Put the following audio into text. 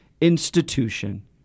institution